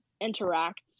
interact